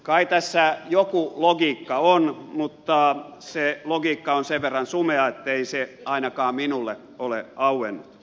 kai tässä joku logiikka on mutta se logiikka on sen verran sumea ettei se ainakaan minulle ole auennut